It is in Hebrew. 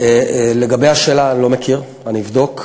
לגבי השאלה, אני לא מכיר, אני אבדוק.